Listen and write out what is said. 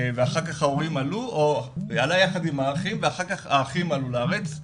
ואחר כך ההורים עלו או עלה יחד עם ההורים ואחר כך האחים עלו לארץ,